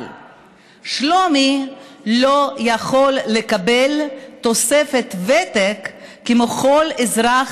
אבל שלומי לא יכול לקבל תוספת ותק כמו שכל אזרח